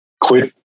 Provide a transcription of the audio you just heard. quit